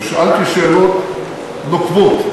ושאלתי שאלות נוקבות,